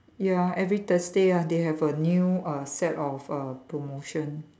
ya every Thursday lah they have a new uh set of uh promotion